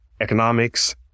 economics